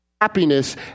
happiness